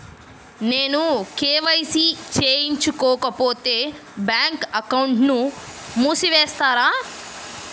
నేను కే.వై.సి చేయించుకోకపోతే బ్యాంక్ అకౌంట్ను మూసివేస్తారా?